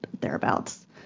thereabouts